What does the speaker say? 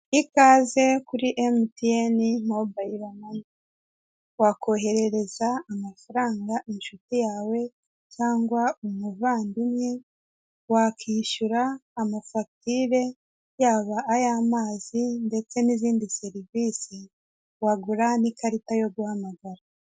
Ikaze kuri emutiyeni mobayire mane, wakoherereza amafaranga inshuti yawe cyangwa umuvandimwe, wakishyura amafagitire yaba ay'amazi ndetse n'izindi serivisi wagura n'ikarita yo guhamagara.